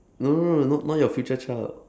no no no n~ not your future child